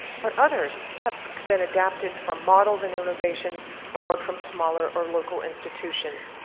but others have been adapted from models and innovations borrowed from smaller or local institutions.